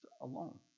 alone